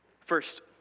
First